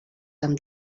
amb